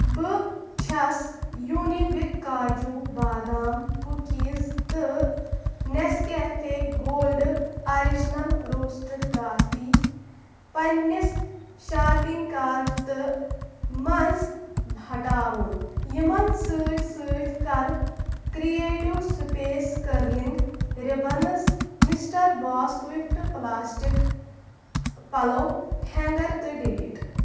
بہٕ چھَس یوٗنہِ بِک کاجوٗ بادام کُکیٖز تہٕ Nescafe gold original roasted coffee پنٛنِس شاپِنٛگ کارٹ تہٕ منٛز ہَٹاوُن یِمَن سۭتۍ سۭتۍ کَرٕ creative space curling ribbons mister boss swift plastic pillow hanger تہٕ ڈٕلیٖٹ